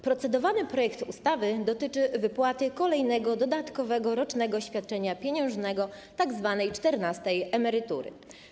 Procedowany projekt ustawy dotyczy wypłaty kolejnego dodatkowego rocznego świadczenia pieniężnego, tzw. czternastej emerytury.